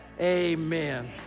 Amen